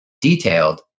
detailed